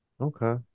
Okay